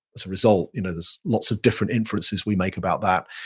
as a result, you know there's lots of different inferences we make about that.